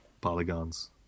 polygons